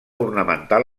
ornamental